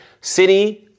city